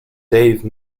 dave